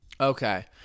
Okay